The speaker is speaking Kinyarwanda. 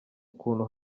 ukuntu